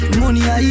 money